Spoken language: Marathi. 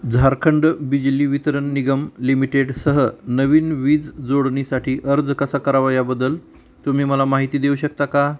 झारखंड बिजली वितरण निगम लिमिटेडसह नवीन वीज जोडणीसाठी अर्ज कसा करावा याबद्दल तुम्ही मला माहिती देऊ शकता का